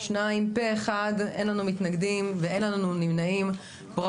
הצבעה בעד אישור התקנות פה אחד התקנות אושרו פה אחד.